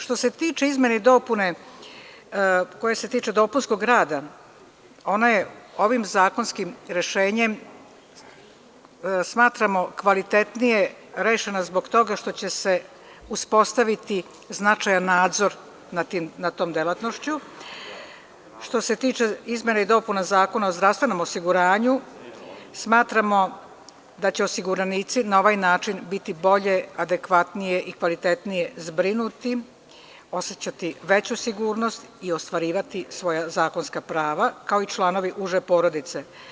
Što se tiče izmene i dopune, koje se tiču dopunskog rada, ona je ovim zakonskim rešenjem, smatramo kvalitetnije rešena zbog toga što će se uspostaviti značajan nadzor nad tom delatnošću, što se tiče izmena i dopuna zakona o zdravstvenom osiguranju, smatramo da će osiguranici na ovaj način biti bolje, adekvatnije i kvalitetnije zbrinuti, osećati veću sigurnosti i ostvarivati svoja zakonska prava, kao i članovi uže porodice.